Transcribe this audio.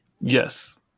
Yes